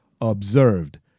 observed